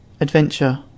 adventure